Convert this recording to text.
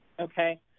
Okay